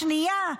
השנייה,